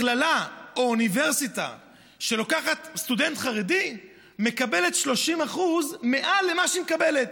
מכללה או אוניברסיטה שלוקחת סטודנט חרדי מקבלת 30% מעל למה שהיא מקבלת,